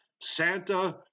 Santa